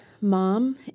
mom